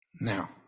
Now